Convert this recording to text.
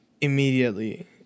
immediately